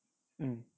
mm